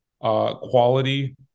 quality